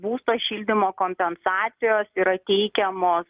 būsto šildymo kompensacijos yra teikiamos